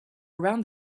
around